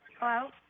Hello